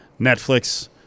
Netflix